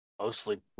Mostly